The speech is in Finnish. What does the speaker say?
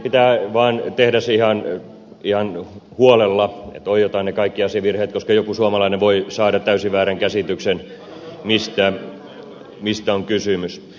pitää vaan tehdä se ihan huolella että oiotaan ne kaikki asiavirheet koska joku suomalainen voi saada täysin väärän käsityksen siitä mistä on kysymys